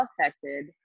affected